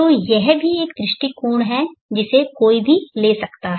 तो यह भी एक दृष्टिकोण है जिसे कोई भी ले सकता है